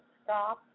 stop